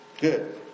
Good